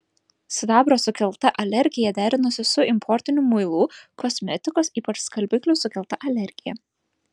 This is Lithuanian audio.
sidabro sukelta alergija derinosi su importinių muilų kosmetikos ypač skalbiklių sukelta alergija